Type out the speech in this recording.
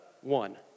one